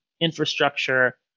infrastructure